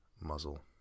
muzzle